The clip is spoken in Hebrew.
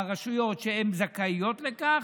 הרשויות שזכאיות לכך.